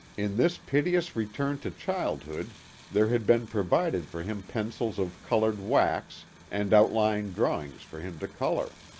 in this piteous return to childhood there had been provided for him pencils of colored wax and out line drawings for him to color.